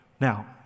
now